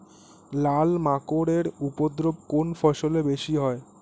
লাল মাকড় এর উপদ্রব কোন ফসলে বেশি হয়?